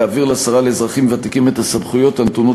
להעביר לשרה לאזרחים ותיקים את הסמכויות הנתונות